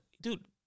Dude